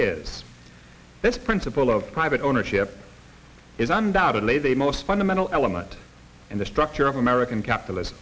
is this principle of private ownership is undoubtedly the most fundamental element in the structure of american capitalis